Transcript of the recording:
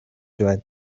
байна